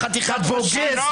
חתיכת פשיסט.